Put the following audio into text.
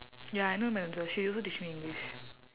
ya I know madam zubaidah she also teach me english